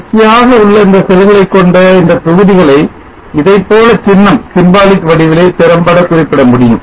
தொடர்ச்சியாக உள்ள இந்த PV செல்களைக் கொண்ட இந்த தொகுதிகளை இதைப்போல சின்னம் வடிவிலே திறம்பட குறிப்பிடமுடியும்